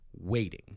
waiting